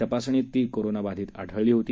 तपासणीत ती कोरोना बाधित आढळली होती